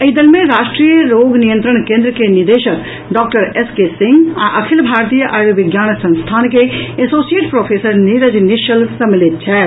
एहि दल मे राष्ट्रीय रोग नियंत्रण केंद्र के निदेशक डॉक्टर एस के सिंह आ अखिल भारतीय आयुर्विज्ञान संस्थान के एसोसिएट प्रोफेसर नीरज निश्चल सम्मिलित छथि